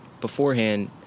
beforehand